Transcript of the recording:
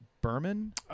Berman